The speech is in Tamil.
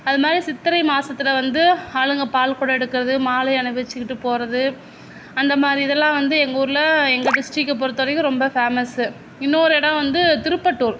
அது மாதிரி சித்திரை மாசத்தில் வந்து ஆளுங்க பால் குடம் எடுக்கிறது மாலை அணிவித்துக்கிட்டு போகிறது அந்த மாதிரி இதெல்லாம் வந்து எங்கள் ஊரில் எங்கள் டிஸ்ட்ரிக்கை பொறுத்தவரைக்கும் ரொம்ப ஃபேமஸு இன்னோரு இடம் வந்து திருப்பட்டூர்